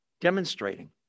demonstrating